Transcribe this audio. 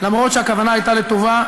אף שהכוונה הייתה לטובה,